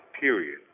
period